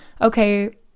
okay